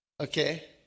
Okay